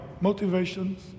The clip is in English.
motivations